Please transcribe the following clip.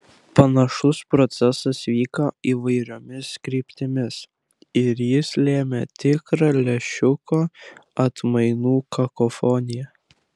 panašus procesas vyko įvairiomis kryptimis ir jis lėmė tikrą lęšiuko atmainų kakofoniją